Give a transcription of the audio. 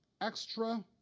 extra